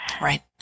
Right